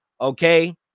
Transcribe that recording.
okay